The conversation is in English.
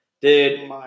Dude